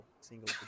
single